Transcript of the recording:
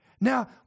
Now